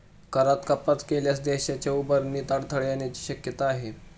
करात कपात केल्यास देशाच्या उभारणीत अडथळा येण्याची शक्यता आहे